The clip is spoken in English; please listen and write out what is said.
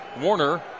Warner